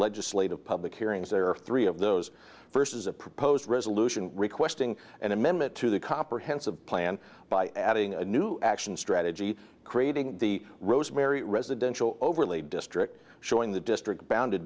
legislative public hearings there are three of those first is a proposed resolution requesting an amendment to the comprehensive plan by adding a new action strategy creating the rosemary residential overlay district showing the district bound